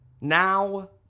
Now